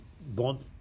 Bont